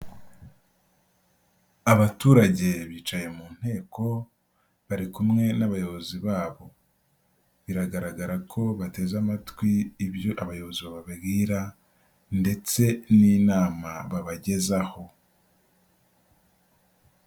Abaturage bicaye mu nteko, bari kumwe n'abayobozi babo. Biragaragara ko bateze amatwi ibyo abayobozi bababwira ndetse n'inama babagezaho.